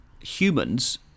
humans